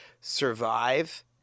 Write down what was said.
survive